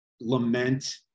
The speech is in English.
lament